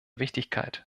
wichtigkeit